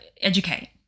educate